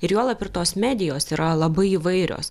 ir juolab ir tos medijos yra labai įvairios